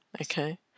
Okay